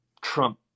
Trump